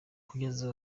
kugeza